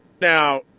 Now